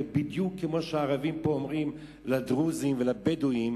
בדיוק כמו שהערבים פה אומרים לדרוזים ולבדואים